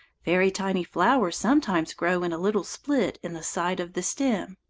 very tiny flowers sometimes grow in a little split in the side of the stem.